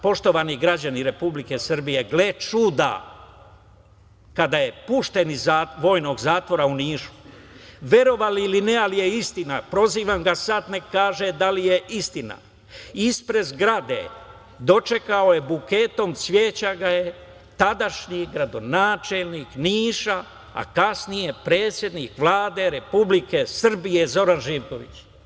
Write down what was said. Poštovani građani Republike Srbije, gle čuda, kada je pušten iz vojnog zatvora u Nišu, verovali ili ne, ali je istina, prozivam ga sada neka kaže da li je istina, ispred zgrade dočekao ga je buketom cveća tadašnji gradonačelnik Niša, a kasnije predsednik Vlade Republike Srbije Zoran Živković.